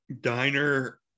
diner